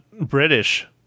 British